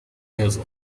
has